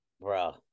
Bro